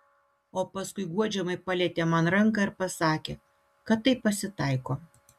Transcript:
o paskui guodžiamai palietė man ranką ir pasakė kad taip pasitaiko